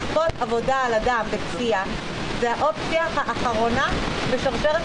לכפות עבודה על אדם בכפייה זה האופציה האחרונה בשרשרת